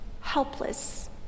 helpless